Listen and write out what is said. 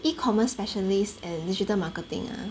e-commerce specialist and digital marketing ah